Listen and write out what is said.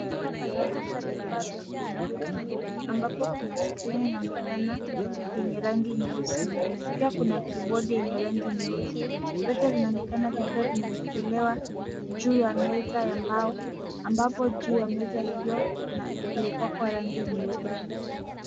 Hapa panaonyesha vifaa vya kompyuta, ambapo kuna skrini inaonekana yenye rangi nyeusi. Pia kuna kibodi yenye rangi nyeusi. Vyote vinaonekana vikiwa vimeekelewa juu ya meza ya mbao, ambapo juu ya meza hiyo imepakwa rangi nyeupe.